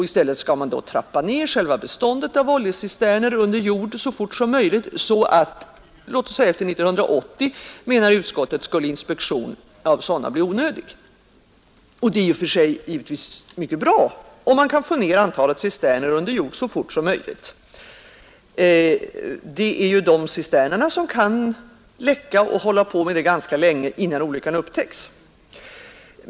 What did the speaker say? I stället skall man då trappa ner själva beståndet av oljecisterner under jord så fort som möjligt så att inspektionen låt säga efter 1980, menar utskottet, skall vara onödig. I och för sig är det givetvis mycket bra, om man kan minska antalet cisterner under jord så fort som möjligt. Det är ju dessa cisterner som kan läcka och hålla på med det ganska länge innan olyckan upptäcks.